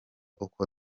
uko